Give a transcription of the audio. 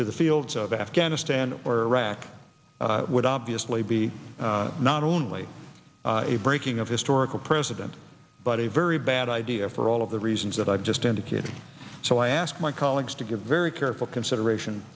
to the fields of afghanistan or iraq would obviously be not only a breaking of historical president but a very bad idea for all of the reasons that i've just indicated so i ask my colleagues to give very careful consideration